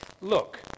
look